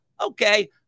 Okay